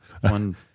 one